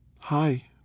Hi